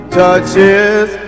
touches